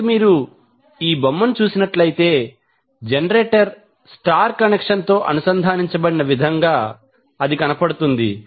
కాబట్టి మీరు ఈ బొమ్మను చూసినట్లయితే జనరేటర్ స్టార్ కనెక్షన్ తో అనుసంధానించబడిన విధంగా కనబడుతుంది